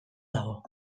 dago